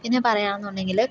പിന്നെ പറയുകയാണെന്നുണ്ടെങ്കിൽ